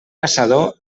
caçador